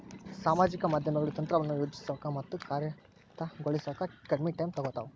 ಸಾಮಾಜಿಕ ಮಾಧ್ಯಮಗಳು ತಂತ್ರವನ್ನ ಯೋಜಿಸೋಕ ಮತ್ತ ಕಾರ್ಯಗತಗೊಳಿಸೋಕ ಕಡ್ಮಿ ಟೈಮ್ ತೊಗೊತಾವ